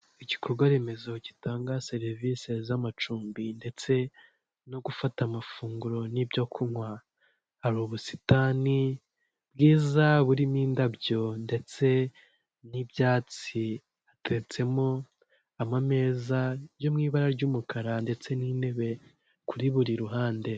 Igikorwaremezo gitanga serivisi z'amacumbi ndetse no gufata amafunguro n'ibyo kunywa, hari ubusitani bwiza burimo indabyo ndetse n'ibyatsi, hatetsemo amameza yo mu ibara ry'umukara ndetse n'intebe kuri buri ruhande.